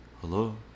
hello